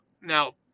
Now